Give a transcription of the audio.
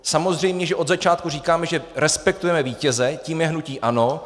Samozřejmě, že od začátku říkáme, že respektujeme vítěze, tím je hnutí ANO.